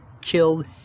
killed